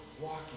walking